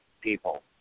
people